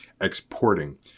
exporting